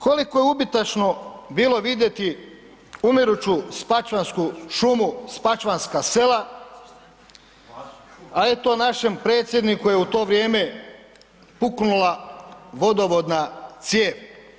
Koliko je ubitačno bilo vidjeti umiruću spačvansku šumu, spačvanska sela a eto našem predsjedniku je u to vrijeme puknula vodovodna cijev.